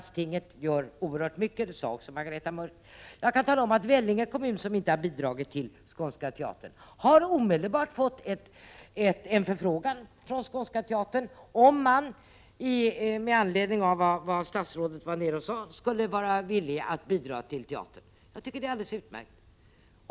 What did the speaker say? Landstinget gör oerhört mycket, vilket Margareta Mörck också sade. Jag kan tala om att Vellinge kommun, som inte har bidragit till Skånska teatern, omedelbart har fått en förfrågan från Skånska teatern om man med anledning av vad statsrådet sade där nere skulle vara villig att lämna bidrag till teatern. Det är alldeles utmärkt.